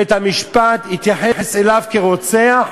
בית-המשפט התייחס אליו כרוצח,